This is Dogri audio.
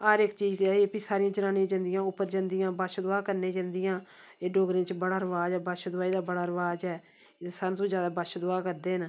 हर इक चीज ऐ एह् फ्ही सारियां जनानियां जंदियां उप्पर जंदियां बच्छदुआह करने गी जंदियां एह् डोगरे च बड़ा रिवाज ऐ बच्छदुआही दा बडा रिवाज ऐ सारे कोला जैदा बच्छदुआह करदे न